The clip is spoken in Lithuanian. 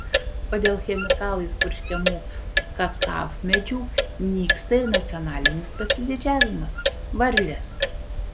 o dėl chemikalais purškiamų kakavmedžių nyksta ir nacionalinis pasididžiavimas varlės